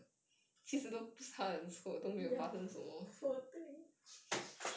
ya poor thing